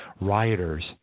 rioters